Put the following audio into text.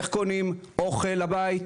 איך קונים אוכל לבית,